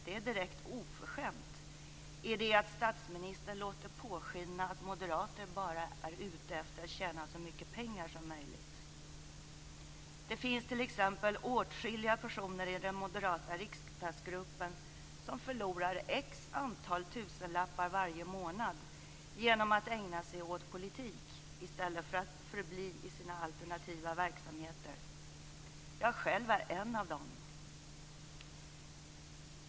Det är direkt oförskämt i det att statsministern låter påskina att moderater bara är ute efter att tjäna så mycket pengar som möjligt. Det finns t.ex. åtskilliga personer i den moderata riksdagsgruppen som förlorar ett visst antal tusenlappar varje månad genom att ägna sig åt politik i stället för att förbli i sina alternativa verksamheter. Jag själv är en av dem.